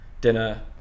dinner